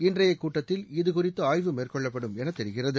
இன்றைய கூட்டத்தில் இதுகுறித்து ஆய்வு மேற்கொள்ளப்படும் என தெரிகிறது